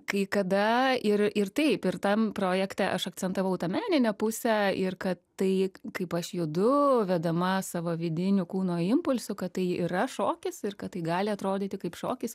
kai kada ir ir taip ir tam projekte aš akcentavau tą meninę pusę ir kad tai kaip aš judu vedama savo vidinių kūno impulsų kad tai yra šokis ir kad tai gali atrodyti kaip šokis